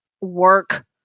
work